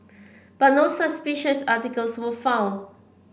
but no suspicious articles were found